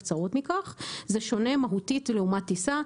זה שונה מהותית לעומת טיסה,